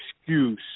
excuse